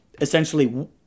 essentially